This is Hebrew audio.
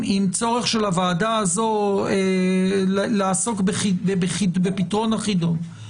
עם צורך של הוועדה הזו לעסוק בפתרון החידון,